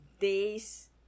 days